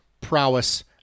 prowess